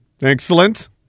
Excellent